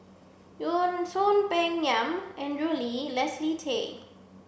Soon Peng Yam Andrew Lee Leslie Tay